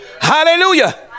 Hallelujah